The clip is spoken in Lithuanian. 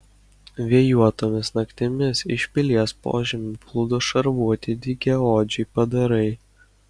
vėjuotomis naktimis iš pilies požemių plūdo šarvuoti dygiaodžiai padarai